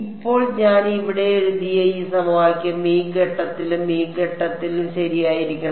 ഇപ്പോൾ ഞാൻ ഇവിടെ എഴുതിയ ഈ സമവാക്യം ഈ ഘട്ടത്തിലും ഈ ഘട്ടത്തിലും ശരിയായിരിക്കണം